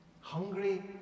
Hungry